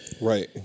Right